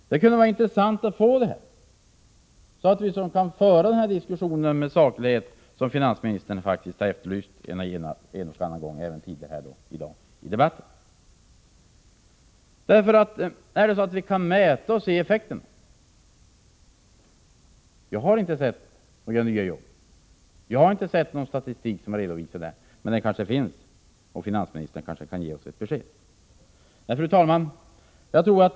Det kunde vara intressant att få en uppgift om det, så att vi kan föra denna diskussion med saklighet, som finansministern har efterlyst både tidigare och här i dag. Kan vi mäta och se effekten? Jag har inte sett några nya jobb. Jag har inte sett någon statistik som har redovisat detta, men den kanske finns, och finansministern kanske kan ge oss ett besked. Fru talman!